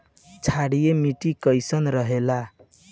क्षारीय मिट्टी कईसन रहेला?